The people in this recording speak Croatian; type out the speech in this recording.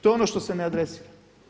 To je ono što se ne adresira.